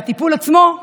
והטיפול עצמו,